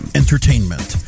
entertainment